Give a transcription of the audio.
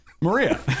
Maria